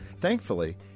Thankfully